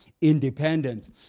independence